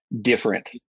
different